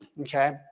okay